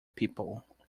people